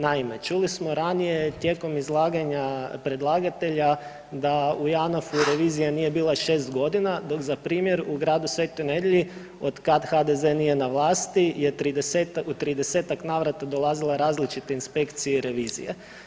Naime, čuli smo ranije tijekom izlaganja predlagatelja da u JANAF-u revizija nije bila 6 godina dok za primjer u gradu Svetoj Nedjelji od kad HDZ nije na vlasti je u 30-tak navrata dolazila različita inspekcija i revizija.